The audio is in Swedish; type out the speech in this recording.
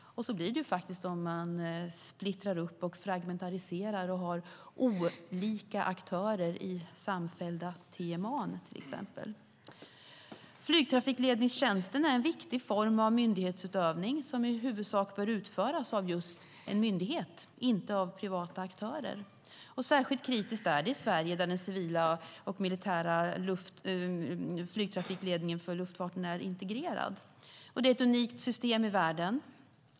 Så blir det om man splittrar upp och fragmentiserar och har olika aktörer i till exempel samfällda TMA:n. Flygtrafikledningstjänsten är en viktig form av myndighetsutövning som i huvudsak bör utföras av just en myndighet, inte av privata aktörer. Särskilt kritiskt är det i Sverige, där den civila och militära flygtrafikledningen för luftfarten är integrerad. Det är ett unikt system i världen.